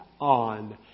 on